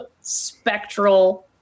spectral